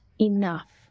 enough